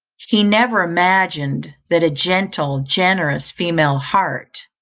he never imagined that a gentle, generous female heart,